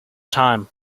time